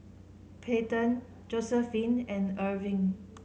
Peyton Josiephine and Erving